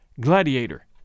Gladiator